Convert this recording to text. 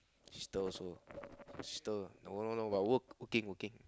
sister also sister no no no but work working working